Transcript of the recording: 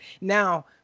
Now